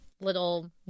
little